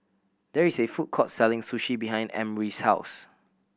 there is a food court selling Sushi behind Emry's house